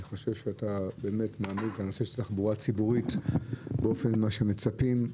אני חושב שאתה באמת מעמיד את נושא התחבורה הציבורית כפי שמצפים.